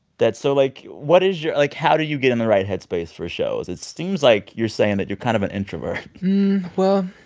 that's so, like what is your like, how do you get in the right head space for a show? it seems like you're saying that you're kind of an introvert well,